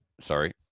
sorry